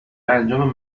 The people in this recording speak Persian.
انجام